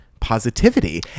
positivity